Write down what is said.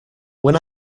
when